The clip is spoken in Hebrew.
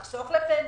לחסוך לפנסיה,